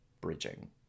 bridging